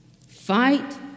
Fight